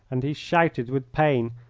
and he shouted with pain.